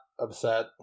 upset